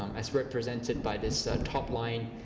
um as represented by this top line,